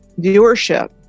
viewership